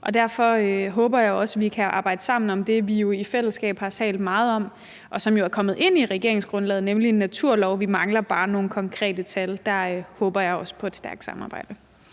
jo. Derfor håber jeg også, at vi kan arbejde sammen om det, vi jo i fællesskab har talt meget om, og som er kommet ind i regeringsgrundlaget, nemlig en naturlov. Vi mangler bare nogle konkrete tal. Der håber jeg også på et stærkt samarbejde.